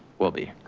will be,